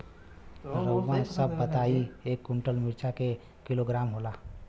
रउआ सभ बताई एक कुन्टल मिर्चा क किलोग्राम होला?